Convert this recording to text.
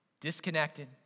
Disconnected